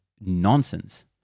nonsense